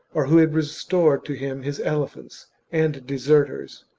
or who had restored to him his elephants and deserters,